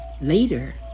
Later